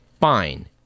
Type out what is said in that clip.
fine